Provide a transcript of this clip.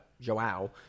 Joao